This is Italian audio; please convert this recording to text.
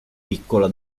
piccola